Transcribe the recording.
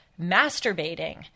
masturbating